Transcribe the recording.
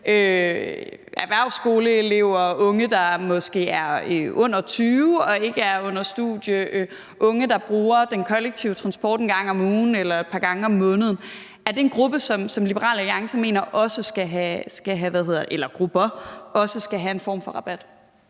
erhvervsskoleelever og måske unge, der er under 20 år og ikke er på et studie, og unge, der bruger den kollektive transport en gang om ugen eller et par gange om måneden? Er det nogle grupper, som Liberal Alliance også mener skal have en form for rabat?